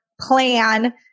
plan